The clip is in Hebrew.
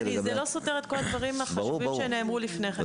זה לא סותר את כל הדברים החשובים שנאמרו לפני כן.